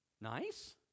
Nice